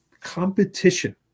competition